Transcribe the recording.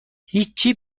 هیچی